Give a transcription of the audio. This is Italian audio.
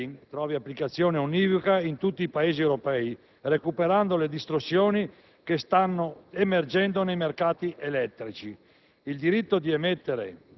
per la futura applicazione del Protocollo di Kyoto e per la relativa distribuzione delle quote di emissione sarà necessario far sì che la direttiva europea